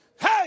Hey